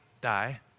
die